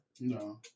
No